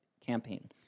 campaign